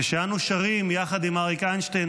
כשאנו שרים יחד עם אריק איינשטיין,